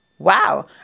Wow